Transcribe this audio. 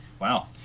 Wow